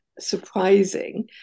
Surprising